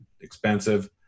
expensive